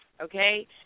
okay